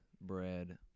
bread